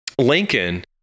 Lincoln